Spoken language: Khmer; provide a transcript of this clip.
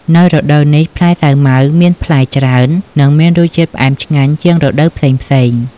នៅរដូវនេះ ផ្លែសាវម៉ាវមានផ្លែច្រើន និងមានរសជាតិផ្អែមឆ្ងាញ់ជាងរដូវផ្សេងៗ។